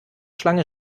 schlange